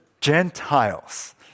Gentiles